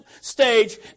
stage